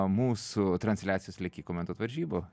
mūsų transliacijos lieki komentuot varžybų